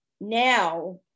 now